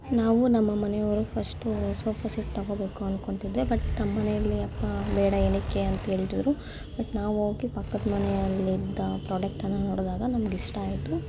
ನಾವು ನಮ್ಮ ಮನೆಯವರು ಫಸ್ಟು ಸೋಫಾ ಸೆಟ್ ತೊಗೋಬೇಕು ಅಂದ್ಕೊತಿದ್ದೆ ಬಟ್ ನಮ್ಮನೆಲ್ಲಿ ಅಪ್ಪ ಬೇಡ ಏನಕ್ಕೆ ಅಂಥೇಳಿದರು ಬಟ್ ನಾವು ಹೋಗಿ ಪಕ್ಕದ ಮನೆಯಲ್ಲಿದ್ದ ಪ್ರಾಡಕ್ಟನ್ನು ನೋಡ್ದಾಗ ನಮ್ಗೆ ಇಷ್ಟ ಆಯ್ತು